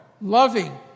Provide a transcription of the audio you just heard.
loving